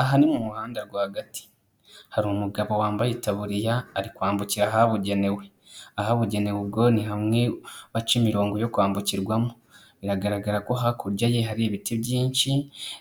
Aha ni mu muhanda rwagati hari umugabo wambaye itaburiya ari kwambukira ahabugenewe, ahabugenewe ubwo ni hamwe baca imirongo yo kwambukirwamo. Biragaragara ko hakurya ye hari ibiti byinshi,